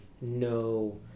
no